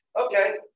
Okay